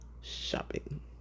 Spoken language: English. shopping